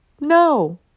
no